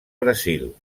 brasil